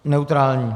Neutrální.